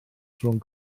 rhwng